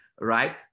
right